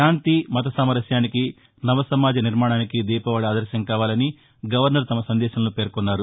శాంతి మతసామరస్యానికి నవ సమాజ నిర్వాణానికి దీపావళి ఆదర్శం కావాలని గవర్నర్ తమ సందేశంలో పేర్కొన్నారు